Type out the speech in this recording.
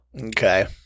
Okay